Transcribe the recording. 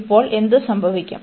ഇപ്പോൾ എന്ത് സംഭവിക്കും